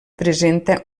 presenta